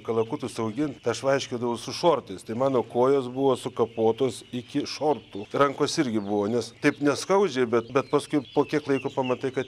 kalakutus augint aš vaikščiodavau su šortais tai mano kojos buvo sukapotos iki šortų rankos irgi buvo nes taip neskaudžiai bet bet paskui po kiek laiko pamatai kad